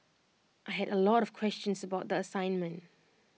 I had A lot of questions about the assignment